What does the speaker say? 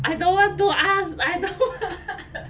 I don't want to ask I don't want